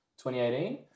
2018